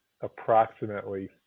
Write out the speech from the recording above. approximately